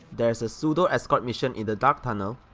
there's a pseudo escort mission in the dark tunnel,